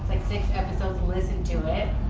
six episodes to listen to it,